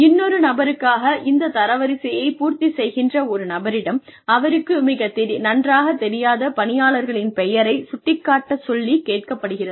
இன்னொரு நபருக்காக இந்த தரவரிசையைப் பூர்த்தி செய்கின்ற ஒரு நபரிடம் அவருக்கு மிக நன்றாகத் தெரியாத பணியாளர்களின் பெயர்களை சுட்டிக் காட்டச் சொல்லிக் கேட்கப்படுகிறது